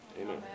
Amen